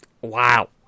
Wow